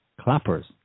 clappers